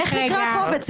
איך נקרא הקובץ?